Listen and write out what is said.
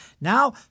Now